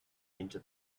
into